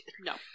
No